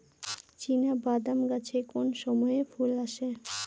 চিনাবাদাম গাছে কোন সময়ে ফুল আসে?